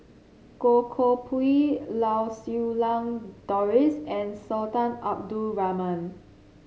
Goh Koh Pui Lau Siew Lang Doris and Sultan Abdul Rahman